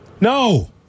No